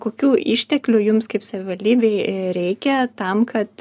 kokių išteklių jums kaip savivaldybei reikia tam kad